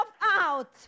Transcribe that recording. out